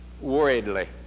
worriedly